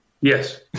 Yes